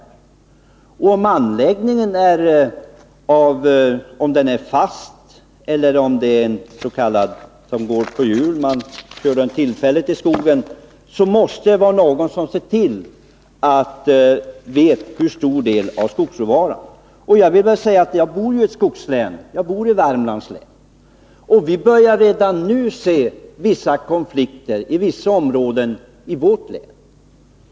Oavsett om anläggningen är fast eller om det är en som går på hjul och som man kör tillfälligt i skogen, måste det vara någon som vet hur stor del av skogsråvaran det skall vara. Jag bor i ett skogslän, i Värmlands län, och vi börjar redan nu se vissa konflikter i några områden i vårt län.